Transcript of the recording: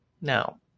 Now